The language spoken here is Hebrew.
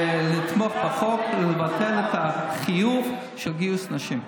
לתמוך בחוק, לבטל את החיוב של גיוס נשים.